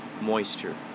moisture